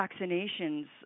vaccinations